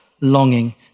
longing